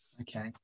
Okay